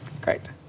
Great